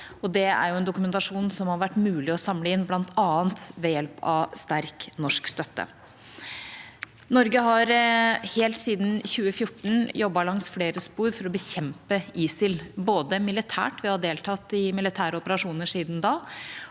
det er en dokumentasjon som har vært mulig å samle inn bl.a. ved hjelp av sterk norsk støtte. Norge har helt siden 2014 jobbet langs flere spor for å bekjempe ISIL, både militært – vi har deltatt i militære operasjoner siden da